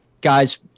guys